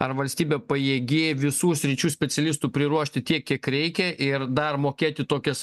ar valstybė pajėgi visų sričių specialistų priruošti tiek kiek reikia ir dar mokėti tokias